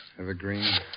Evergreen